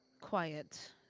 quiet